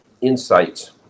insights